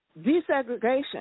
desegregation